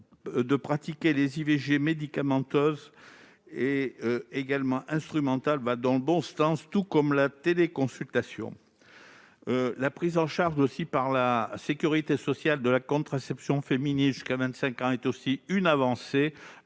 de pratiquer les IVG médicamenteuses et instrumentales va dans le bon sens, tout comme la téléconsultation. La prise en charge par la sécurité sociale de la contraception féminine jusqu'à 25 ans constitue également